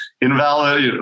invalid